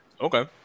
Okay